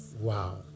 wow